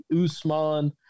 usman